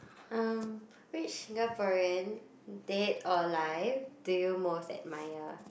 um which Singaporean dead or alive do you most admire